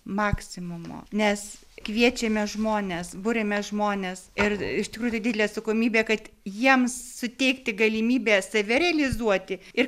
maksimumo nes kviečiame žmones buriame žmones ir iš tikrųjų didelė atsakomybė kad jiems suteikti galimybę save realizuoti ir